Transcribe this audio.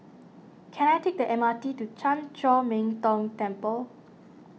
can I take the M R T to Chan Chor Min Tong Temple